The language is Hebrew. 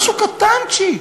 משהו קטנצ'יק,